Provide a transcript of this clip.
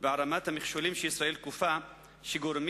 והערמת המכשולים שישראל כופה ושגורמים